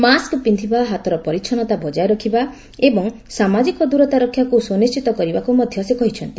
mask ପିନ୍ଧିବା ହାତର ପରିଚ୍ଛନ୍ନତା ବଜାୟ ରଖିବା ଏବଂ ସାମାଜିକ ଦୂରତା ରକ୍ଷାକୁ ସୁନିଶ୍ଚିତ କରିବାକୁ ମଧ୍ୟ ସେ କହିଛନ୍ତି